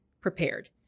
prepared